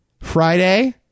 Friday